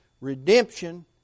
Redemption